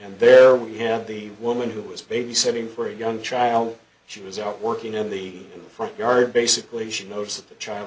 and there we have the woman who was babysitting for a young child she was out working in the front yard basically she knows that the child